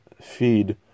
feed